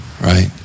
right